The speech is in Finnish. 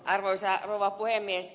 arvoisa rouva puhemies